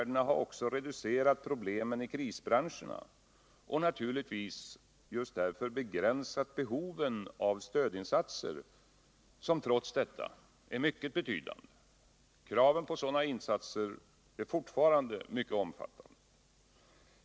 De har också reducerat problemen i krisbranscherna och naturligtvis just därför begränsat behoven av stödinsatser, som trots detta är mycket betydande. Kraven på sådana insatser är fortfarande mycket omfattande.